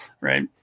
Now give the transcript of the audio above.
right